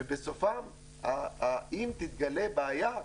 ובסוף אם תתגלה בעיה,